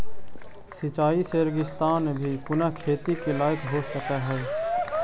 सिंचाई से रेगिस्तान भी पुनः खेती के लायक हो सकऽ हइ